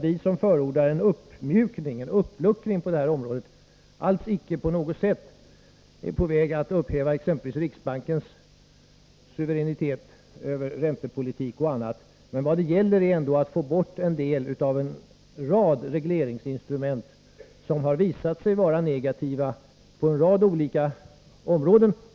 Vi som förordar en uppluckring på detta område är alls icke — på något sätt — på väg att upphäva exempelvis riksbankens suveränitet över räntepolitik och annat. Men vad det gäller är ändå att få bort en del av en rad regleringsinstrument som har visat sig vara negativa på ett antal olika områden.